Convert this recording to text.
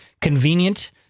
convenient